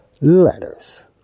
letters